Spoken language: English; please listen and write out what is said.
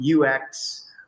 UX